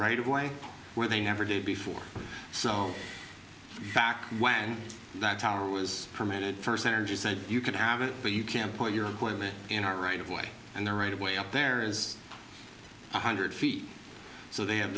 right of way where they never did before so back when that tower was fermented first energy said you can have it but you can't put your equipment in our right of way and the right of way up there is one hundred feet so they have